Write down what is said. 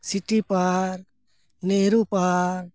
city park Nehru park